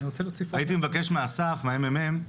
הייתי מבקש מאסף הממ"מ,